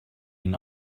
ihn